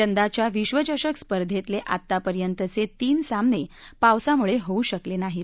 यंदाच्या विश्वचषक स्पर्धेतले आतापर्यंतचे तीन सामने पावसामुळे होऊ शकले नाहीत